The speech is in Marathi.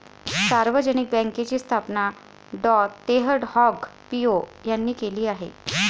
सार्वजनिक बँकेची स्थापना डॉ तेह हाँग पिओ यांनी केली आहे